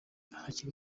hakiri